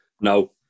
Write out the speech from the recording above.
No